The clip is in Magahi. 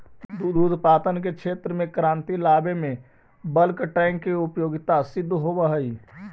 दुध उत्पादन के क्षेत्र में क्रांति लावे में बल्क टैंक के उपयोगिता सिद्ध होवऽ हई